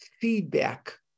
feedback